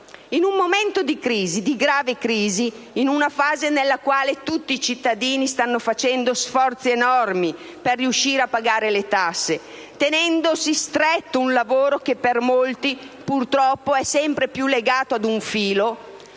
in un momento di crisi, di grave crisi, in una fase nella quale tutti i cittadini stanno facendo sforzi enormi per riuscire a pagare le tasse tenendosi stretto un lavoro che per molti, purtroppo, è sempre più legato ad un filo,